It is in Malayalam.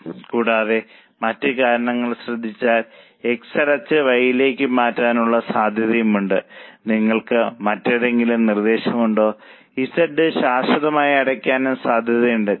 പക്ഷേ ആശങ്കയുണ്ട് കൂടാതെ മറ്റ് കാര്യങ്ങൾ ശ്രദ്ധിച്ചാൽ X അടച്ച് Y ലേക്ക് മാറ്റാനുള്ള സാധ്യതയുണ്ട് നിങ്ങൾക്ക് മറ്റെന്തെങ്കിലും നിർദ്ദേശം ഉണ്ടോ Z ശാശ്വതമായി അടയ്ക്കാനും സാധ്യതയുണ്ട്